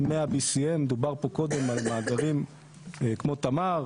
BCM100. דובר פה קודם על מאגרים כמו תמר,